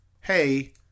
hey